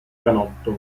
canotto